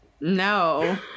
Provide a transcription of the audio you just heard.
No